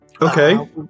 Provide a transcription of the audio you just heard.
Okay